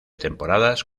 temporadas